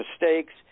mistakes